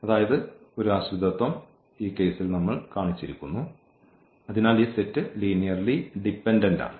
അതായത് 1 ആശ്രിതത്വം ഈ കേസിൽ നമ്മൾ കാണിച്ചിരിക്കുന്നു അതിനാൽ ഈ സെറ്റ് ലീനിയർലി ഡിപെൻഡന്റ് ആണ്